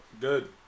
Good